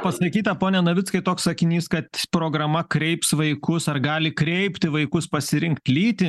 pasakyta pone navickai toks sakinys kad programa kreips vaikus ar gali kreipti vaikus pasirinkt lytį